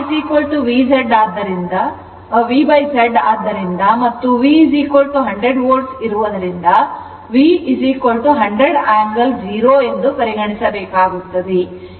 I V Z ಆದ್ದರಿಂದ ಮತ್ತು V 100 Volt ಇರುವುದರಿಂದ ಅಂದರೆ V 100 angle 0 o ಎಂದು ಪರಿಗಣಿಸಬೇಕಾಗುತ್ತದೆ